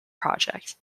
project